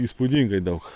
įspūdingai daug